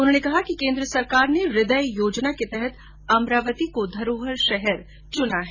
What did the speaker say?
उन्होंने कहा कि केन्द्र सरकार ने हृदय योजना के तहत अमरावती को धरोहर नगर चुना है